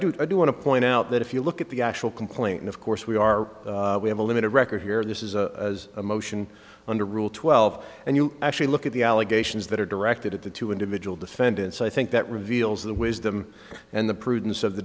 do i do want to point out that if you look at the actual complaint and of course we are we have a limited record here this is a as a motion under rule twelve and you actually look at the allegations that are directed at the two individual defendants i think that reveals the wisdom and the prudence of the